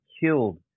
killed